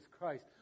Christ